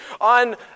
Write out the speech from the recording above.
on